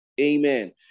Amen